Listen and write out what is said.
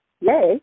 Yay